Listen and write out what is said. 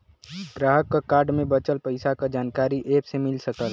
ग्राहक क कार्ड में बचल पइसा क जानकारी एप से मिल सकला